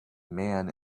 man